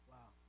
Wow